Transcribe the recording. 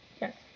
Yes